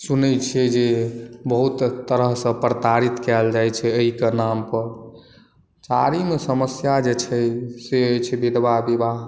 सुनै छियै जे बहुत तरह सॅं प्रताड़ित कायल जाइत छै एहि के नाम पर चारिम समस्या जे छै से अछि विधवा विवाह